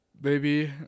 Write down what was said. Baby